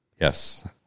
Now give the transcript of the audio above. Yes